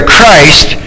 Christ